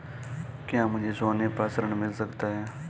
क्या मुझे सोने पर ऋण मिल सकता है?